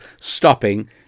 stopping